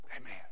amen